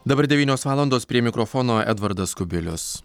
dabar devynios valandos prie mikrofono edvardas kubilius